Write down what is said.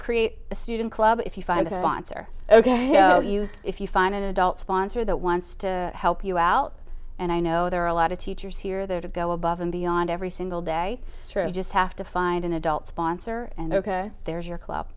create a student club if you find a sponsor ok so you if you find an adult sponsor that wants to help you out and i know there are a lot of teachers here there to go above and beyond every single day through just have to find an adult sponsor and ok there's your club